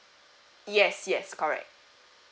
yes yes correct